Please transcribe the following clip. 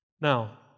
Now